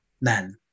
men